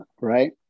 right